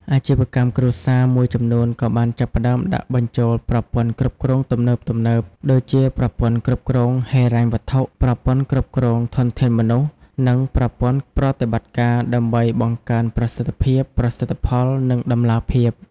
អាជីវកម្មគ្រួសារមួយចំនួនក៏បានចាប់ផ្តើមដាក់បញ្ចូលប្រព័ន្ធគ្រប់គ្រងទំនើបៗ ដូចជាប្រព័ន្ធគ្រប់គ្រងហិរញ្ញវត្ថុ ប្រព័ន្ធគ្រប់គ្រងធនធានមនុស្ស និងប្រព័ន្ធប្រតិបត្តិការ ដើម្បីបង្កើនប្រសិទ្ធភាព ប្រសិទ្ធផល និងតម្លាភាព។